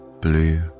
blue